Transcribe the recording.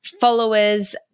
followers